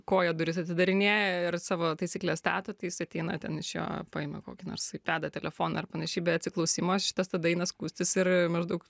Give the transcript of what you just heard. koja duris atidarinėja ir savo taisykles stato tai jis ateina ten iš jo paima kokį nors aipedą telefoną ar panašiai be atsiklausimo šitas tada eina skųstis ir maždaug